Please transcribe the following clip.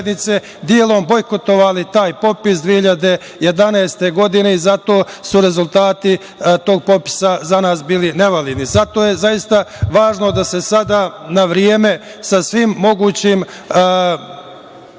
delom bojkotovali taj potpis 2011. godine i zato su rezultati tog popisa za nas bili nevalidni. Zato je važno da se sada na vreme sa svim mogućim